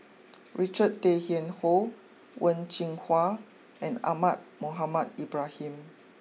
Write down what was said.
Richard Tay Tian Hoe Wen Jinhua and Ahmad Mohamed Ibrahim